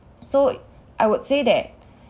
so I would say that